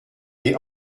est